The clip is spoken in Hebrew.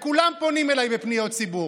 וכולם פונים אליי בפניות ציבור.